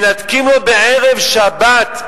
מנתקים לו בערב שבת,